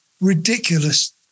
ridiculous